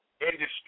industry